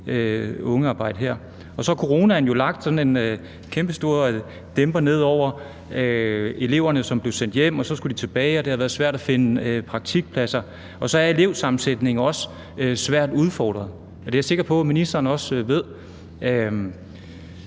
ungearbejde her. Og så har coronaen jo lagt sådan en kæmpestor dæmper nedover. Eleverne blev sendt hjem, og så skulle de tilbage, og det har været svært at finde praktikpladser, og så er elevsammensætningen også svært udfordret. Det er jeg sikker på ministeren også ved.